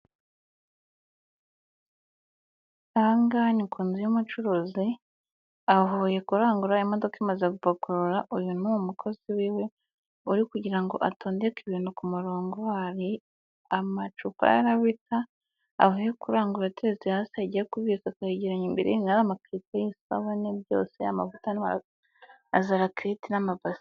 Ahangaha ni ku nzu y'umucuruzi, avuye kurangura, imodoka imaze gupakurura, uyu ni umukozi wiwe uri kugira ngo atondeke ibintu ku murongo, amacupa ya novida avuye kurangura ateretse hasi agiye kubika akayegeranya, imbere naho hari amakarito y'isabune byose amavuta na zarakerete n'amabasi.